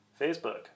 Facebook